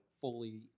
fully